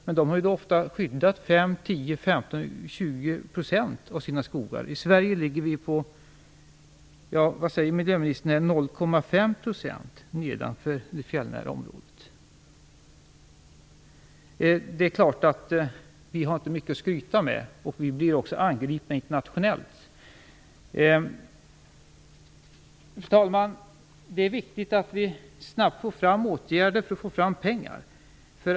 Men de har ofta skyddat 5, 10, 15, 20 % av sina skogar. I Sverige ligger vi på - Vad sade nu miljöministern? - 0,5 % nedanför det fjällnära området. Det är klart att vi inte har mycket att skryta med, och vi blir också angripna internationellt. Fru talman! Det är viktigt med snabba åtgärder för att få fram pengar.